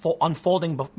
unfolding